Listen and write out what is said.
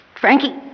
Frankie